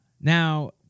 now